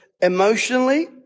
emotionally